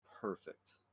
perfect